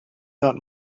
that